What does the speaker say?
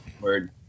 Word